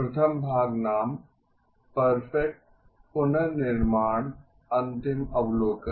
प्रथम भाग नाम परफेक्ट पुनर्निर्माण अंतिम अवलोकन